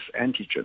antigen